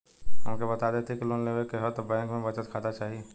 हमके बता देती की लोन लेवे के हव त बैंक में बचत खाता चाही?